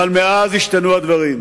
אבל מאז השתנו הדברים.